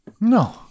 No